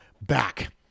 back